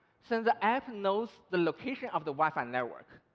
since the app knows the location of the wi-fi network,